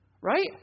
Right